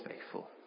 faithful